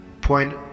point